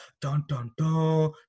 dun-dun-dun